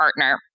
partner